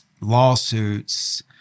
lawsuits